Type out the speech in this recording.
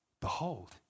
Behold